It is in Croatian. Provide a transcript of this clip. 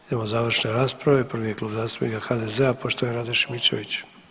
U ime završne rasprave prvi je Klub zastupnika HDZ-a poštovani Rade Šimičević.